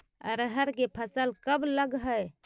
अरहर के फसल कब लग है?